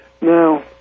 Now